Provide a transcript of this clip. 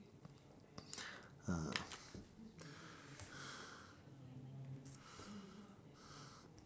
ah